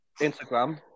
Instagram